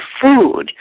food